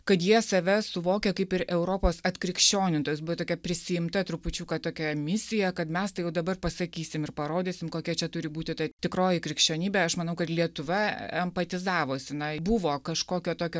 kad jie save suvokia kaip ir europos atkrikščionintos buvo tokia prisiimta trupučiuką tokia misija kad mes tai jau dabar pasakysim ir parodysim kokia čia turi būti ta tikroji krikščionybė aš manau kad lietuva empatizavosi na buvo kažkokio tokio